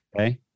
Okay